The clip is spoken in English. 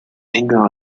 anger